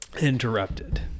Interrupted